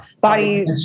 body